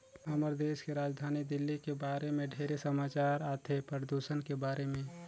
हमर देश के राजधानी दिल्ली के बारे मे ढेरे समाचार आथे, परदूषन के बारे में